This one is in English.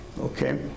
okay